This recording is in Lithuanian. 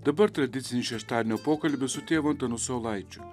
dabar tradicinis šeštadienio pokalbis su tėvu antanu saulaičiu